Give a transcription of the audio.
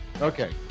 Okay